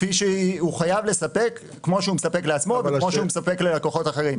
כפי שהוא חייב לספק כפי שמספק לעצמו וללקוחות אחרים.